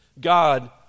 God